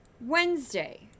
Wednesday